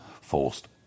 forced